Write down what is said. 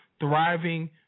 thriving